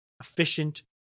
efficient